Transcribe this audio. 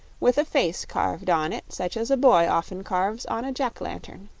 with a face carved on it such as a boy often carves on a jack-lantern.